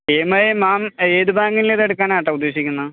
ഈ M I ma'am ഏത് ബാങ്കിലിത് എടുക്കാനായിട്ടാണ് ഉദ്ദേശിക്കുന്നത്